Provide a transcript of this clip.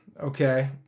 Okay